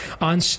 On